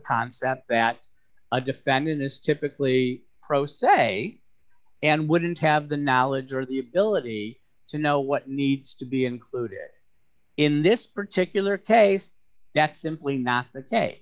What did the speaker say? concept that a defendant is typically pro se and wouldn't have the knowledge or the ability to know what needs to be included in this particular case that's simply not